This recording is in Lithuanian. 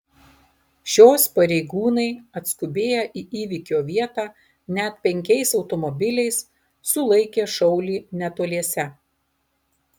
šios pareigūnai atskubėję į įvykio vietą net penkiais automobiliais sulaikė šaulį netoliese